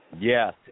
Yes